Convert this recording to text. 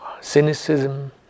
cynicism